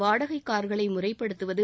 வாடகை கார்களை முறைப்படுத்துவது